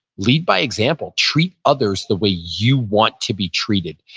lead by example. treat others the way you want to be treated.